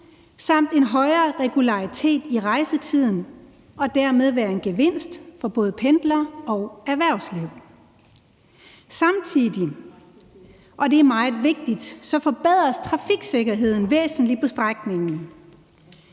samt en højere regularitet i rejsetiden, og det vil dermed være en gevinst for både pendlere og erhvervsliv. Samtidig, og det er meget vigtigt, forbedres trafiksikkerheden væsentligt på strækningen.